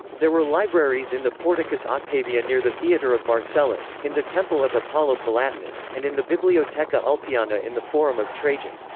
there were libraries in the porticus octaviae near the theatre of marcellus, in the temple of apollo palatinus, and in the bibliotheca ulpiana in the forum of trajan.